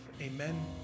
Amen